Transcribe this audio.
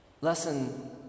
lesson